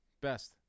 Best